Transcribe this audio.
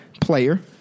player